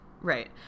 Right